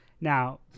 Now